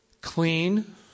Clean